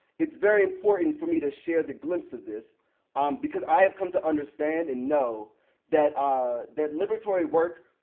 it's very important for me to share the glimpse of this because i have come to understand and know that ah that liberatory work